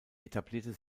etablierte